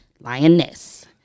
Lioness